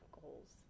goals